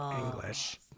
english